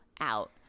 out